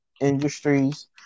Industries